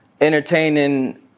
entertaining